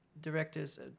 directors